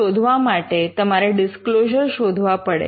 આવિષ્કાર શોધવા માટે તમારે ડિસ્ક્લોઝર શોધવા પડે